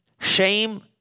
shame